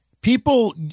People